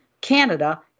Canada